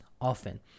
often